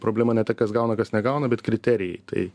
problema ne ta kas gauna kas negauna bet kriterijai tai